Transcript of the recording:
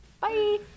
Bye